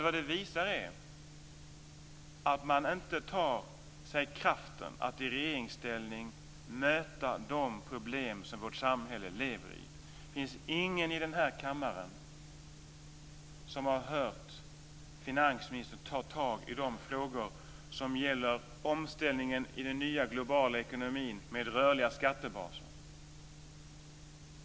Det visar att man inte tar sig kraften att i regeringsställning möta de problem som vårt samhälle lever i. Det finns ingen i den här kammaren som har hört finansministern ta tag i de frågor som gäller omställningen i den nya globala ekonomin med rörliga skattebaser.